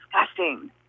disgusting